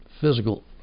physical